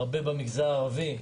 יש הרבה במגזר הערבי,